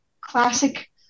classic